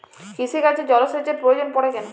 কৃষিকাজে জলসেচের প্রয়োজন পড়ে কেন?